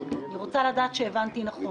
אני רוצה לדעת שהבנתי נכון.